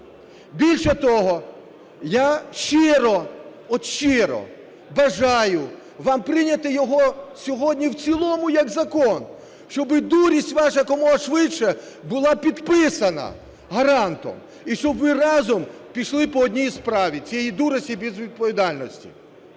Більше того, я щиро, от щиро бажаю вам прийняти його сьогодні в цілому як закон, щоби дурість ваша якомога швидше була підписана гарантом і щоб ви разом пішли по одній справі цієї дурості і безвідповідальності.